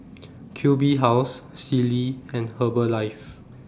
Q B House Sealy and Herbalife